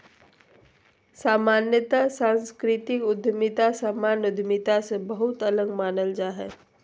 सामान्यत सांस्कृतिक उद्यमिता सामान्य उद्यमिता से बहुते अलग मानल जा हय